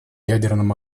ядерном